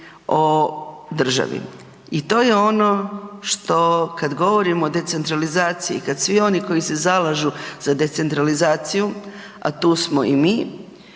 o državi i to je ono što kad govorimo o decentralizaciji, kad svi oni koji se zalažu za decentralizaciju, a tu smo i mi